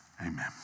Amen